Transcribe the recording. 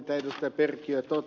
tuo mitä ed